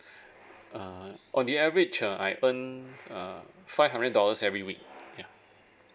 err on the average uh I earned uh five hundred dollars every week ya